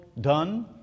done